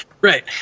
Right